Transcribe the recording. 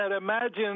Imagine